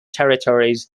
territories